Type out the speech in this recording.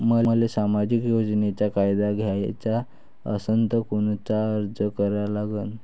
मले सामाजिक योजनेचा फायदा घ्याचा असन त कोनता अर्ज करा लागन?